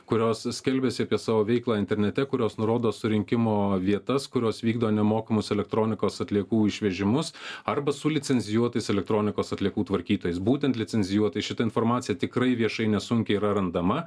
kurios skelbiasi apie savo veiklą internete kurios nurodo surinkimo vietas kurios vykdo nemokamus elektronikos atliekų išvežimus arba su licencijuotais elektronikos atliekų tvarkytojais būtent licencijuotais šita informacija tikrai viešai nesunkiai yra randama